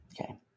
Okay